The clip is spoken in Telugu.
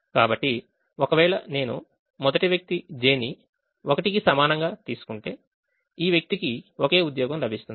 కాబట్టి ఒకవేళ నేను మొదటి వ్యక్తి j ని 1కి సమానంగా తీసుకుంటే ఈ వ్యక్తికి ఒకే ఉద్యోగం లభిస్తుంది